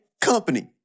company